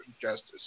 justice